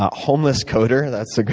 ah homeless coder that's